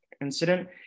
incident